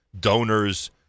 Donors